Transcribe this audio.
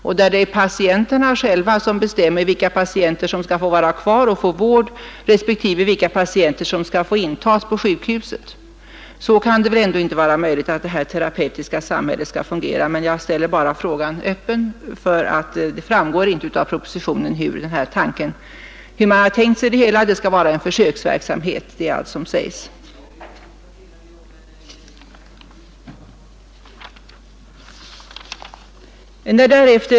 Där är det patienterna själva som bestämmer vilka som skall vara kvar för vård respektive vilka som skall få intas på sjukhuset. Så kan det väl ändå inte vara möjligt att det här terapeutiska samhället skall fungera? Jag ställer frågan öppen, ty det framgår inte av propositionen hur man har tänkt sig det hela. Det skall vara en försöksverksamhet, det är allt som sägs.